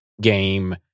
game